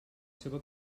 seva